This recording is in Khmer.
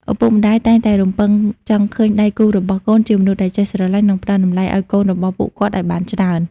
ឪពុកម្ដាយតែងតែរំពឹងចង់ឃើញដៃគូរបស់កូន ជាមនុស្សដែលចេះស្រឡាញ់ និងផ្ដល់តម្លៃឱ្យកូនរបស់ពួកគាត់ឱ្យបានច្រើន។